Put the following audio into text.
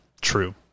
true